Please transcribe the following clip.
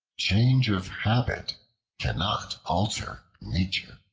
change of habit cannot alter nature.